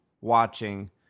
watching